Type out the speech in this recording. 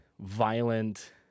violent